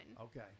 Okay